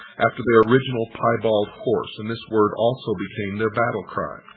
after their original piebald horse and this word also became their battle-cry.